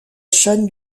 chaîne